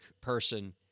person